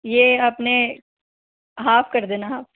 ये आपने हाफ़ कर देना हाफ़